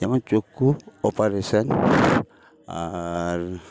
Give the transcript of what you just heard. যেমন চক্ষু অপারেশন আর